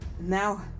Now